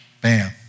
bam